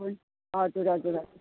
हजुर हजुर हजुर